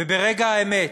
וברגע האמת,